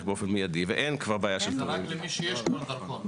מיידית ואין בעיה --- רק למי שיש דרכון.